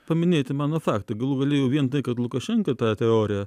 paminėti mano faktai galų gale vien tai kad lukašenka tą teoriją